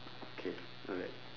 okay alright